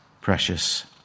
precious